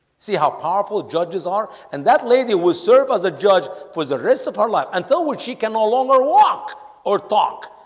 see how powerful judges are and that lady was serve as a judge for the rest of her life until what she can no longer walk or talk